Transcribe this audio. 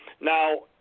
Now